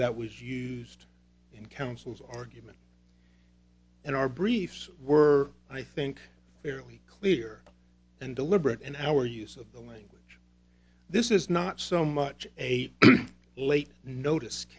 that was used in counsel's argument in our briefs were i think fairly clear and deliberate in our use of the language this is not so much a late notice